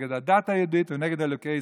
נגד הדת היהודית ונגד אלוקי ישראל,